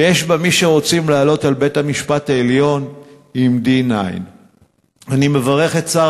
ויש בה מי שרוצים לעלות על בית-המשפט העליון עם D-9. אני מברך את שר